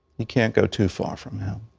you can't go too far from him.